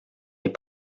est